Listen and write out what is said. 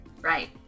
Right